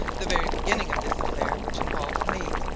the very beginning of this affair, which involved me,